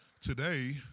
today